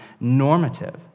normative